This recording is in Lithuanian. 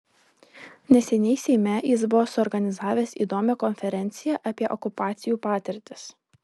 neseniai seime jis buvo suorganizavęs įdomią konferenciją apie okupacijų patirtis